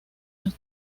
los